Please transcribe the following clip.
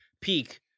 peak